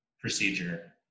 procedure